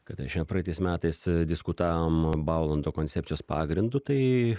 kada čia praeitais metais diskutavom baulando koncepcijos pagrindu tai